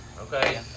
okay